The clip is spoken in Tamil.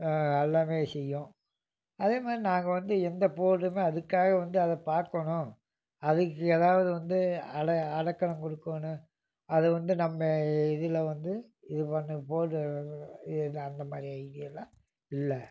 எல்லாமே செய்யும் அதேமாதிரி நாங்கள் வந்து எந்த பேர்டுமே அதுக்காக வந்து அதைப் பார்க்கணும் அதுக்கு எதாவது வந்து அடை அடைக்கலம் கொடுக்கணும் அதைவந்து நம்ம இதில் வந்து இது பண்ணி பேர்டு இது அந்தமாதிரி ஐடியாலாம் இல்லை